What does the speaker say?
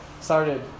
started